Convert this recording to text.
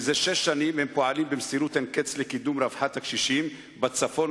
זה שש שנים הם פועלים במסירות אין קץ לקידום רווחת הקשישים בצפון,